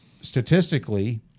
statistically